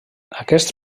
aquests